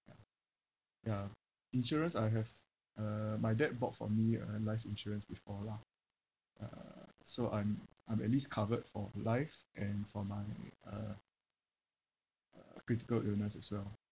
ya insurance I have uh my dad bought for me a life insurance before lah uh so I'm I'm at least covered for life and for my uh uh critical illness as well